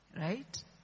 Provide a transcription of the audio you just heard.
Right